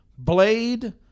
Blade